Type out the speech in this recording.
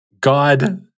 God